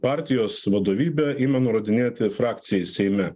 partijos vadovybė ima nurodinėti frakcijai seime